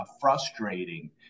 frustrating